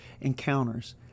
encounters